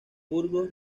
burgos